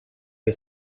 che